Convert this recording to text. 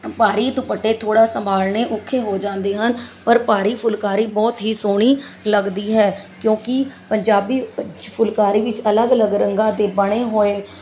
ਭਾਰੀ ਦੁਪੱਟੇ ਥੋੜ੍ਹਾ ਸੰਭਾਲਣੇ ਔਖੇ ਹੋ ਜਾਂਦੇ ਹਨ ਪਰ ਭਾਰੀ ਫੁੱਲਕਾਰੀ ਬਹੁਤ ਹੀ ਸੋਹਣੀ ਲੱਗਦੀ ਹੈ ਕਿਉਂਕਿ ਪੰਜਾਬੀ ਫੁੱਲਕਾਰੀ ਵਿੱਚ ਅਲੱਗ ਅਲੱਗ ਰੰਗਾਂ ਦੇ ਬਣੇ ਹੋਏ